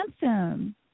handsome